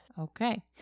Okay